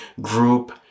group